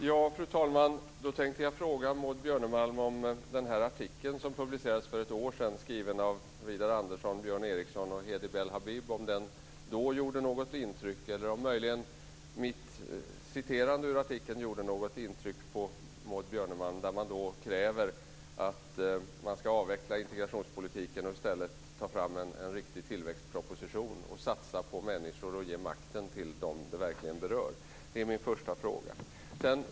Fru talman! Jag tänkte fråga Maud Björnemalm om den artikel som publicerades för ett år sedan och är skriven av Widar Andersson, Björn Eriksson och Hedi Bel Habib gjorde något intryck eller om möjligen mitt citerande ur artikeln gjorde något intryck på Maud Björnemalm. Där kräver man att integrationspolitiken ska avvecklas och att det i stället ska tas fram en riktig tillväxtproposition. Man ska satsa på människor och ge makten till dem det verkligen berör. Det är min första fråga.